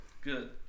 Good